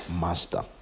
master